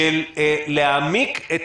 של להעמיק את